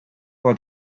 for